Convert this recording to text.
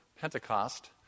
Pentecost